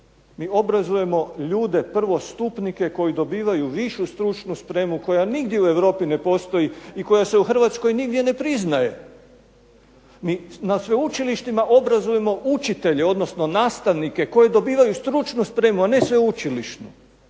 Mi obrazujemo ljude prvostupnike koji dobivaju višu stručnu spremu koja nigdje u Europi ne postoji i koja se u Hrvatskoj nigdje ne priznaje. Mi na sveučilištima obrazujemo učitelje odnosno nastavnike koji dobivaju stručnu spremu, a ne sveučilišnu